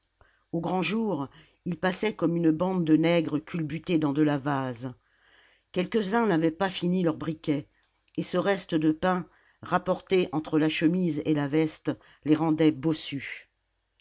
au grand jour ils passaient comme une bande de nègres culbutés dans de la vase quelques-uns n'avaient pas fini leur briquet et ce reste de pain rapporté entre la chemise et la veste les rendait bossus